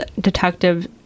Detective